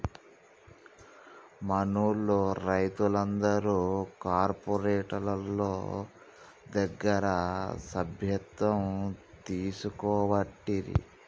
మనూళ్లె రైతులందరు కార్పోరేటోళ్ల దగ్గర సభ్యత్వం తీసుకోవట్టిరి